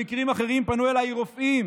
במקרים אחרים פנו אליי רופאים